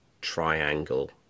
triangle